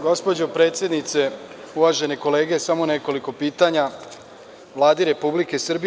Gospođo predsednice, uvažene kolege, samo nekoliko pitanja Vladi Republike Srbije.